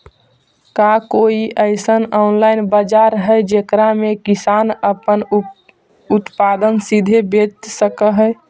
का कोई अइसन ऑनलाइन बाजार हई जेकरा में किसान अपन उत्पादन सीधे बेच सक हई?